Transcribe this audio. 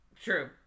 True